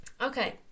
Okay